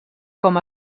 com